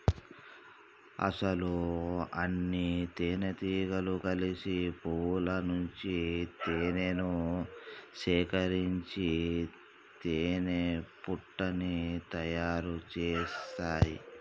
అసలు అన్నితేనెటీగలు కలిసి పువ్వుల నుంచి తేనేను సేకరించి తేనెపట్టుని తయారు సేస్తాయి